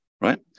right